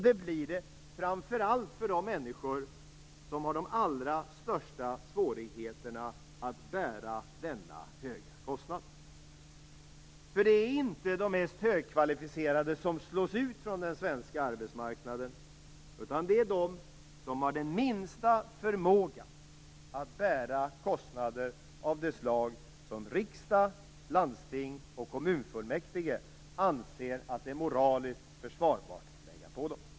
Det blir det framför allt för de människor som har de allra största svårigheterna att bära denna höga kostnad. Det är inte de mest högkvalificerade som slås ut från den svenska arbetsmarknaden, utan det är de som har den minsta förmågan att bära kostnader av det slag som riksdag, landsting och kommunfullmäktige anser att det är moraliskt försvarbart att lägga på dem.